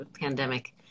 pandemic